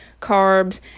carbs